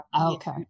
Okay